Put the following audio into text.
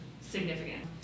significant